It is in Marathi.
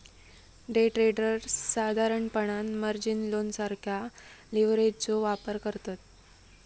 डे ट्रेडर्स साधारणपणान मार्जिन लोन सारखा लीव्हरेजचो वापर करतत